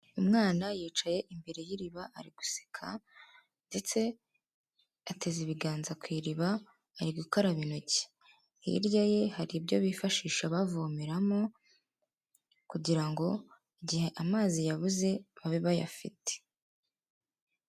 Umwana yicaye imbere y'iriba ari guseka ndetse ateze ibiganza ku iriba ari gukaraba intoki, hirya ye hari ibyo bifashisha bavomeramo kugira ngo igihe amazi yabuze babe bayafite.